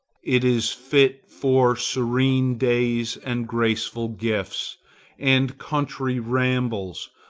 it is fit for serene days and graceful gifts and country rambles,